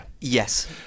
Yes